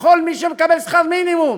לכל מי שמקבל שכר מינימום,